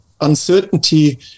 uncertainty